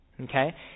Okay